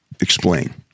explain